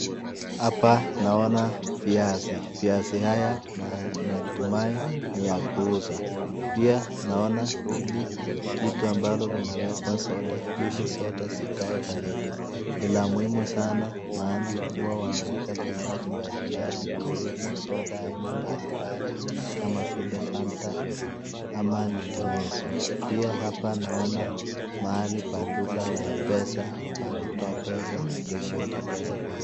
Hapa naona viazi. Viazi haya natumai ni ya kuuza. Pia naona ili kitu ambalo linawekwa soda ili soda zikae baridi. Ni la muhimu sana maana huwa wanaweka vinywaji mbali mbali kiwemo soda aina mbali mbali kama vile Fanta ama nyinginezo. Pia hapa naona mahali pa duka la Mpesa pa kutoa pesa na kuweka pesa kwa si